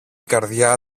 καρδιά